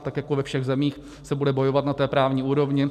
Tak jako ve všech zemích se bude bojovat na té právní úrovni.